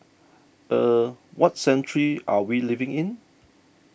er what century are we living in